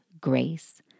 grace